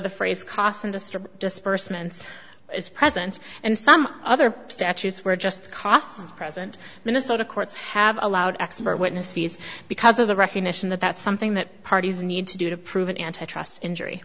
industry disbursements is present and some other statutes were just costs present minnesota courts have allowed expert witness fees because of the recognition that that's something that parties need to do to prove an antitrust injury